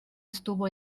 estuvo